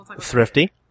Thrifty